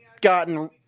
gotten